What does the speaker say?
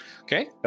Okay